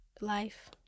Life